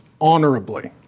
honorably